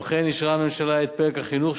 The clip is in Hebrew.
כמו כן אישרה הממשלה את פרק החינוך,